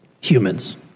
humans